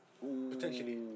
Potentially